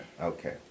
Okay